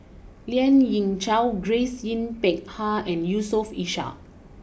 Lien Ying Chow Grace Yin Peck Ha and Yusof Ishak